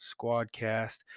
Squadcast